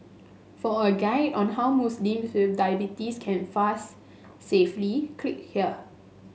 for a guide on how Muslims with diabetes can fast safely click here